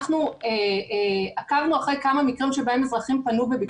אנחנו עקבנו אחרי כמה מקרים שבהם אזרחים פנו וביקשו חומר,